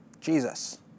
Jesus